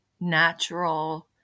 natural